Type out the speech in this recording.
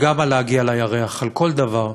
וגם על להגיע לירח, על כל דבר,